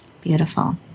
Beautiful